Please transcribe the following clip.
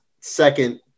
second